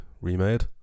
remade